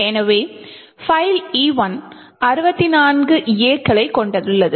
எனவே file E1 64 A களைக் கொண்டுள்ளது